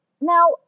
Now